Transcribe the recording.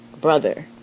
brother